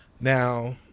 now